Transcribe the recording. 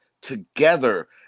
together